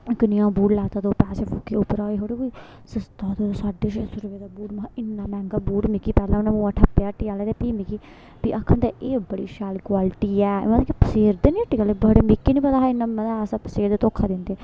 एह कनेहा बूट लैता तूं पैसे फुके उप्परा एह थोहड़ी कोई सस्ता थ्होए साड्ढे छे सौ रपेऽ दा बूट महां इ'न्ना मैंह्गा बूट मिगी पैहले उ'नें ठप्पेआ हट्टी आहले ते फ्ही मिगी आखन ते एह बड़ी शैल क्वालिटी ऐ मतलब कि पसेरदे नी हट्टी आह्ले बड़े मिकी नेहा पता इन्ना मतलब असें पसेरियै धोखा दिंदे